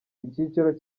icyiciro